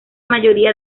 mayoría